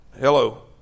Hello